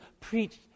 preached